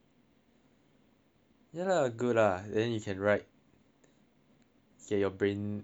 ya lah good lah then you can write say your brain moving